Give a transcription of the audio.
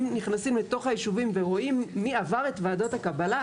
אם נכנסים לתוך הישובים ורואים מי עבר את ועדות הקבלה,